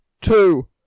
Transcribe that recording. Two